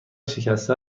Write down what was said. شکسته